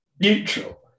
neutral